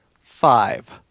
five